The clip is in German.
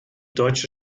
deutsche